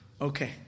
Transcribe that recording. Okay